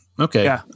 Okay